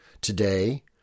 Today